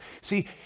See